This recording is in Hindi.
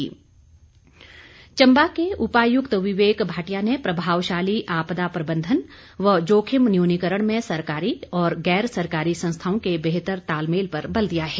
कार्यशाला चम्बा के उपायुक्त विवेक भाटिया ने प्रभावशाली आपदा प्रबन्धन व जोखिम न्यूनीकरण में सरकारी और गैर सरकारी संस्थाओं के बेहतर तालमेल पर बल दिया है